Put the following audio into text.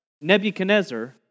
Nebuchadnezzar